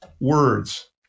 words